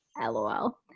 LOL